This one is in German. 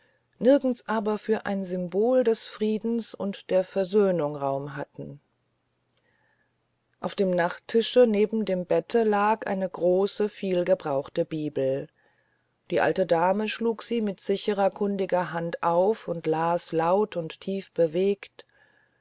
nirgends aber für ein symbol des friedens und der versöhnung raum hatten auf dem nachttische neben dem bette lag eine große vielgebrauchte bibel die alte dame schlug sie mit sicherer kundiger hand auf und las laut und